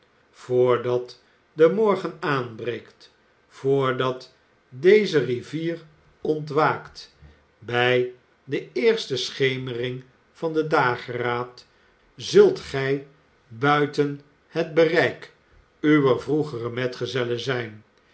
voordat de morgen aanbreekt voordat deze rivier ontwaakt bij de eerste schemer ring van den dageraad zult gij builen het bereik uwer vroegere metgezellen zijn